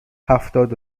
هفتاد